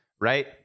right